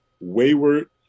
wayward